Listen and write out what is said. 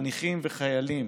חניכים וחיילים